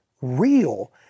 real